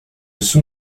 sous